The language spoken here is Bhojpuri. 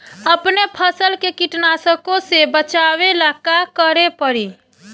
अपने फसल के कीटनाशको से बचावेला का करे परी?